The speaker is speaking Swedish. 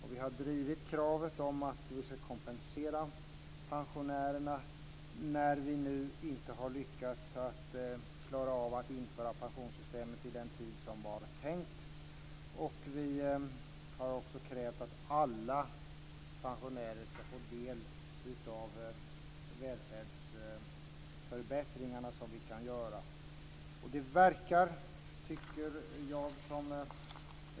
Vi har drivit kravet om att kompensera pensionärerna när vi nu inte lyckats klara av att införa pensionssystemet vid den tid som det var tänkt. Vi har också krävt att alla pensionärer ska få del av de välfärdsförbättringar som kan göras.